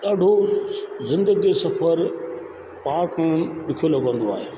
ॾाढो ज़िंदगी जो सफर पार करणु ॾुखियो लॻंदो आहे